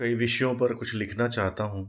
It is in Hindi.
कई विषयों पर कुछ लिखना चाहता हूँ